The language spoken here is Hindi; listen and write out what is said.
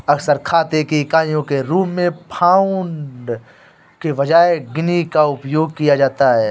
अक्सर खाते की इकाइयों के रूप में पाउंड के बजाय गिनी का उपयोग किया जाता है